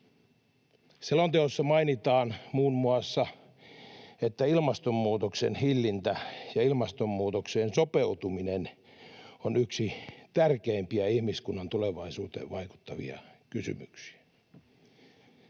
Selonteossa mainitaan muun muassa, että ilmastonmuutoksen hillintä ja ilmastonmuutokseen sopeutuminen on yksi tärkeimpiä ihmiskunnan tulevaisuuteen vaikuttavia kysymyksiä